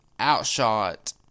outshot